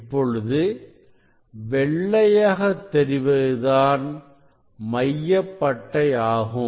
இப்பொழுது வெள்ளையாக தெரிவது தான் மைய பட்டை ஆகும்